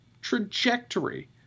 trajectory